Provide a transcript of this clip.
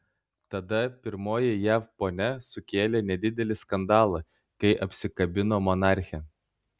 tada pirmoji jav ponia sukėlė nedidelį skandalą kai apsikabino monarchę